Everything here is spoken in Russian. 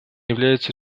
являются